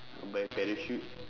I will buy parachute